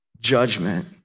Judgment